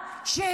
ממשלה, תודה רבה.